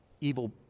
evil